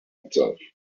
itself